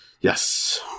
Yes